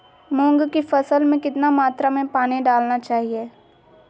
मूंग की फसल में कितना मात्रा में पानी डालना चाहिए?